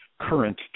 current